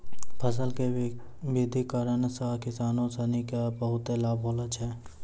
फसल के विविधिकरण सॅ किसानों सिनि क बहुत लाभ होलो छै